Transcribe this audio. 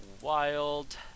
Wild